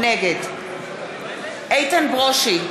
נגד איתן ברושי,